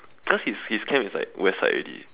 cause his his camp is like West side already